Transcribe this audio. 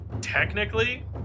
Technically